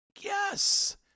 yes